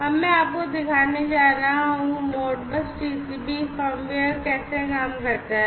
अब मैं आपको दिखाने जा रहा हूं कि मोडबस टीसीपी फर्मवेयर कैसे काम करता है